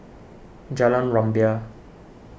Jalan Rumbia